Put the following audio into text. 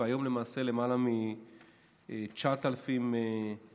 והיום למעשה למעלה מ-9,000 שוטרים,